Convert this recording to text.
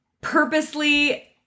purposely